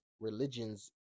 Religions